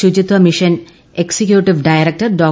ശുചിത്വമിഷൻ executive director Dr